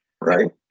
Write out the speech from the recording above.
right